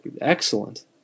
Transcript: excellent